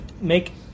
make